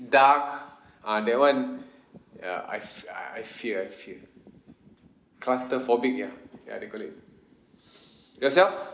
dark ah that one uh I f~ I I fear I fear claustrophobic ya ya they call it yourself